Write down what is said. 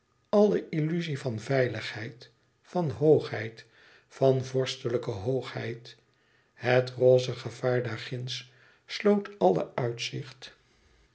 alle illuzie van veiligheid van hoogheid van vorstelijke hoogheid het rosse gevaar daarginds sloot alle uitzicht